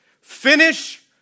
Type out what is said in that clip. finish